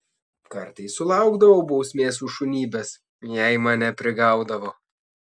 kartais sulaukdavau bausmės už šunybes jei mane prigaudavo